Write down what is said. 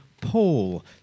paul